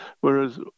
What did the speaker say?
whereas